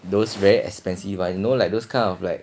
those very expensive one you know like those kind of like